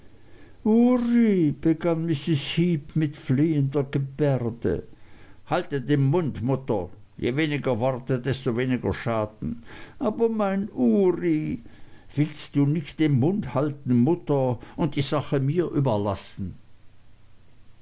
heep mit flehender gebärde halte den mund mutter je weniger worte desto weniger schaden aber mein ury willst du nicht den mund halten mutter und die sache mir überlassen